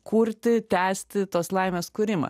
kurti tęsti tos laimės kūrimą